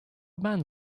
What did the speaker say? man